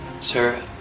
Sir